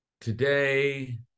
Today